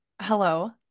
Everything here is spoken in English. hello